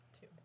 Two